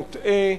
מוטעה,